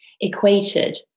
equated